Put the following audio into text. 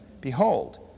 Behold